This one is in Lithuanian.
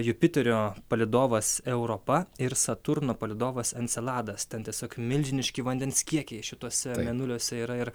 jupiterio palydovas europa ir saturno palydovas enceladas ten tiesiog milžiniški vandens kiekiai šituose mėnuliuose yra ir